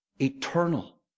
Eternal